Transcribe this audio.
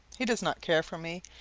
he does not care for me,